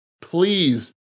Please